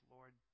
Lord